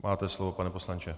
Máte slovo, pane poslanče.